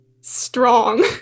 strong